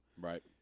Right